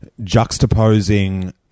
juxtaposing